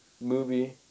movie